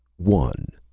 one.